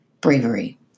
bravery